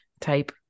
type